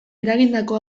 eragindako